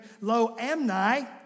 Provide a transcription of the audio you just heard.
Lo-Amni